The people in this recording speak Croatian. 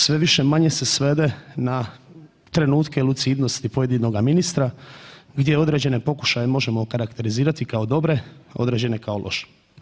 Sve više-manje se svede na trenutke lucidnosti pojedinoga ministra gdje određene pokušaje možemo okarakterizirati kao dobre, određene kao loše.